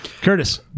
Curtis